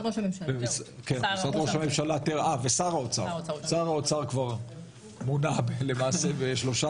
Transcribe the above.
מונה כבר למעשה ב־13 ביוני,